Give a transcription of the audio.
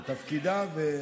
זה תפקידה.